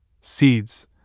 Seeds